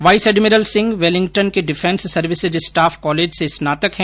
vice admiral Singh Wellington के defence services staff college से स्नातक है